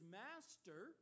master